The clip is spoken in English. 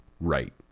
right